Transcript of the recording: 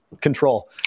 control